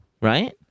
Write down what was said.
Right